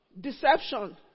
Deception